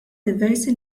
diversi